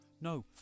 No